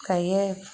गायो